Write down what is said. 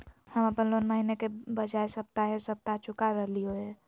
हम अप्पन लोन महीने के बजाय सप्ताहे सप्ताह चुका रहलिओ हें